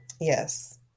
Yes